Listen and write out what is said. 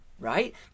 right